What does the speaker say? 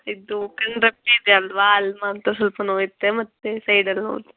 ಇದು ಕಣ್ಣು ರೆಪ್ಪೆ ಇದೆ ಅಲ್ಲವಾ ಅಲ್ಲಿ ಮಾತ್ರ ಸ್ವಲ್ಪ ನೋಯತ್ತೆ ಮತ್ತು ಈ ಸೈಡಲ್ಲಿ ನೋವತ್ತೆ